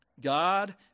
God